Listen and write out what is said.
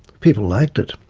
people liked it.